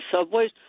subways